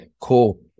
cool